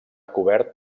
cobert